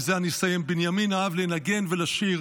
עם זה אני אסיים: בנימין אהב לנגן ולשיר,